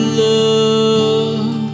love